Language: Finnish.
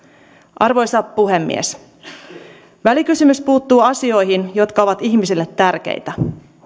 arvoisa puhemies välikysymys puuttuu asioihin jotka ovat ihmisille tärkeitä